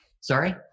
Sorry